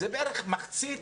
זה בערך מחצית